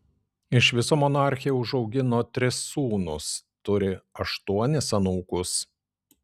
iš viso monarchė užaugino tris sūnus turi aštuonis anūkus